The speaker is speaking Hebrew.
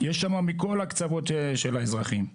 יש שם מכל הקצוות של האזרחים.